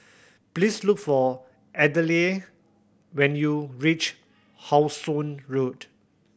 please look for Adelaide when you reach How Sun Road